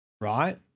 right